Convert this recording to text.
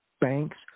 Banks